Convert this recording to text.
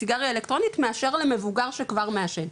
סיגריה אלקטרונית מאשר למבוגר שכבר מעשן.